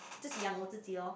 自己养我自己 loh